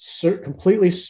completely